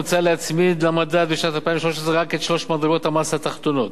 מוצע להצמיד למדד בשנת 2013 רק את שלוש מדרגות המס התחתונות.